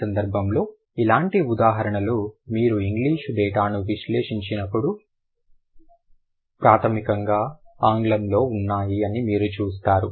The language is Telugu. ఈ సందర్భంలో ఇలాంటి ఉదాహరణలో మీరు ఇంగ్లీష్ డేటాను విశ్లేషించినప్పుడు ప్రాథమికంగా ఆంగ్లంలో ఉన్నాయి అని మీరు చూస్తారు